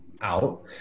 out